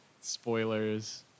spoilers